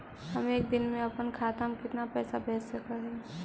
हम एक दिन में अपन खाता से कितना पैसा भेज सक हिय?